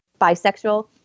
bisexual